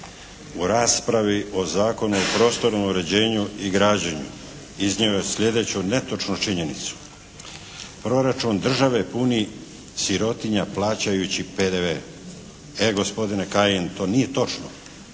u raspravi o Zakonu o prostornom uređenju i građenju iznio je sljedeću netočnu činjenicu proračun države puni sirotinja plaćajući PDV. E gospodine Kajin, to nije točno.